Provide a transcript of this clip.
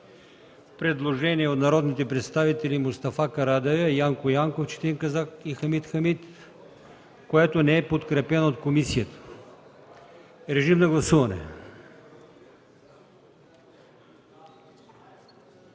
предложение по чл. 9 от народните представители Мустафа Карадайъ, Янко Янков, Четин Казак и Хамид Хамид, което не е подкрепено от комисията. Гласували